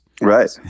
right